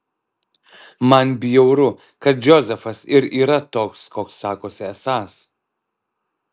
man bjauru kad džozefas ir yra toks koks sakosi esąs